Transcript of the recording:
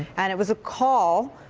and it was a call,